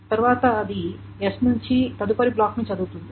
తర్వాత అది s నుండి తదుపరి బ్లాక్ని చదువుతుంది